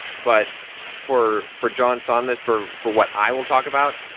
but for for john sonmez, for for what i will talk about,